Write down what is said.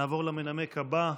נעבור למנמק הבא,